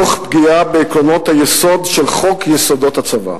תוך פגיעה בעקרונות היסוד של חוק-יסוד: הצבא.